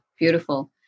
Beautiful